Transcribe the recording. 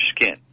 skin